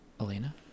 Elena